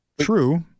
True